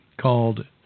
called